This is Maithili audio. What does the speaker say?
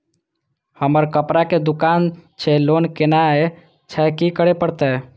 हमर कपड़ा के दुकान छे लोन लेनाय छै की करे परतै?